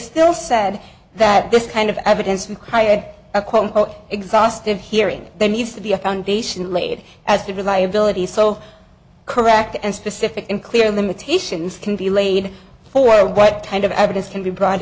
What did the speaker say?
still said that this kind of evidence required a quote unquote exhaustive hearing there needs to be a foundation laid as to reliability so correct and specific and clear limitations can be laid for what kind of evidence can be brought